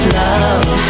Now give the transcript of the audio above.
love